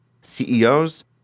CEOs